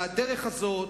והדרך הזאת,